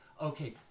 okay